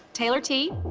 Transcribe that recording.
taylor t.